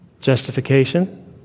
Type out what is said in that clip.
Justification